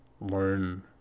learn